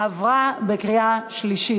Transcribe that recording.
עברה בקריאה שלישית.